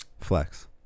Flex